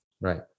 right